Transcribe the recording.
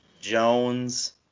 Jones